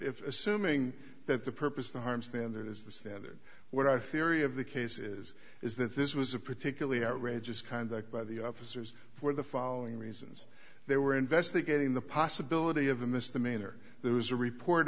if assuming that the purpose of the harm standard is the standard what our theory of the case is is that this was a particularly outrageous kind that by the officers for the following reasons they were investigating the possibility of a misdemeanor there was a report